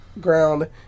ground